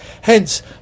Hence